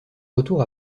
retour